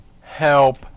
Help